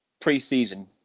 pre-season